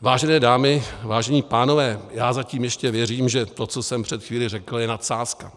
Vážené dámy, vážení pánové, já zatím ještě věřím, že to, co jsem před chvílí řekl, je nadsázka.